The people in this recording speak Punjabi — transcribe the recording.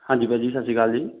ਹਾਂਜੀ ਭਾਅ ਜੀ ਸਤਿ ਸ਼੍ਰੀ ਅਕਾਲ ਜੀ